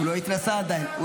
הוא לא התנסה עדיין.